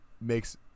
makes